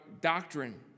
doctrine